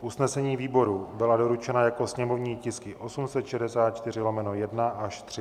Usnesení výborů byla doručena jako sněmovní tisky 864/1 až3.